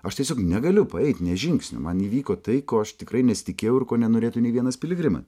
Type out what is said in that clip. aš tiesiog negaliu paeit nė žingsnio man įvyko tai ko aš tikrai nesitikėjau ir ko nenorėtų nei vienas piligrimas